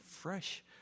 fresh